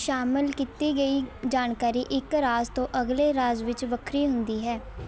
ਸ਼ਾਮਲ ਕੀਤੀ ਗਈ ਜਾਣਕਾਰੀ ਇੱਕ ਰਾਜ ਤੋਂ ਅਗਲੇ ਰਾਜ ਵਿੱਚ ਵੱਖਰੀ ਹੁੰਦੀ ਹੈ